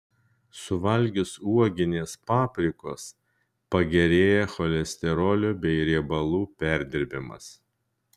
suvalgius uoginės paprikos pagerėja cholesterolio bei riebalų perdirbimas